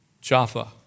Jaffa